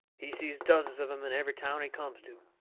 he sees dozens of em in every town he comes to.